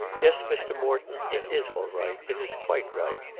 yes, mr. morton it is all right. it is quite right.